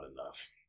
enough